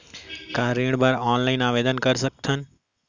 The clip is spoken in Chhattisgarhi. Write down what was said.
का ऋण बर ऑनलाइन आवेदन कर सकथन?